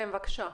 כן, בבקשה.